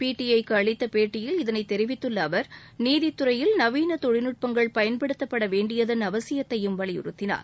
பிடிஐக்கு அளித்த பேட்டியில் இதனைத் தெரிவித்துள்ள அவர் நீதித்துறையில் நவீன தொழில்நட்பங்கள் பயன்படுத்தப்பட வேண்டியதன் அவசியத்தையும் வலியுறுத்தினார்